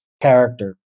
character